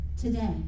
today